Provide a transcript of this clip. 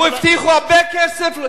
הוא הבטיח הרבה כסף,